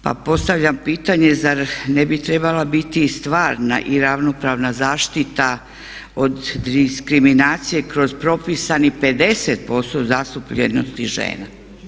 Pa postavljam pitanje zar ne bi trebala biti stvarna i ravnopravna zaštita od diskriminacije kroz propisanih 50% zastupljenosti žena?